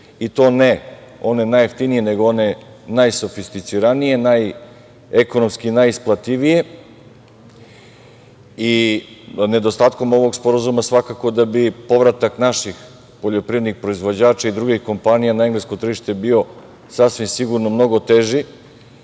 i to ne one najjeftinije, nego one najsofistiricanije, ekonomski najisplativije. Nedostatkom ovog sporazuma svakako da bi povratak naših poljoprivrednik proizvođača i drugih kompanija na englesko tržište bio sasvim sigurno mnogo teži.Za